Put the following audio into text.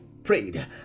Prayed